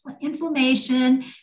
inflammation